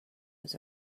was